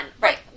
Right